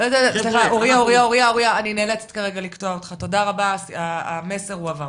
תודה רבה, המסר הועבר,